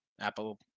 Apple